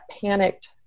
panicked